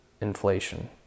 inflation